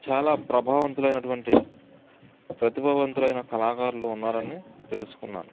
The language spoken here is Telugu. చాలా ప్రభావంతులు అయినటువంటి ప్రతిభావంతులైన కళాకారులున్నారని తెలుసుకున్నాను